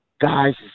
Guys